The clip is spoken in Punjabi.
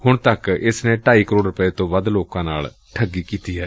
ਹੁਣ ਤੱਕ ਇਨਾਂ ਨੇ ਢਾਈ ਕਰੋੜ ਰੁਪੈ ਤੋਂ ਵੱਧ ਲੋਕਾਂ ਨਾਲ ਠੱਗੀ ਕੀਤੀ ਏ